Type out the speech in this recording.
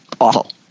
awful